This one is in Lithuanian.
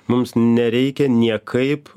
mums nereikia niekaip